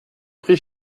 prie